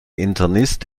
internist